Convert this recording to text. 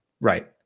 Right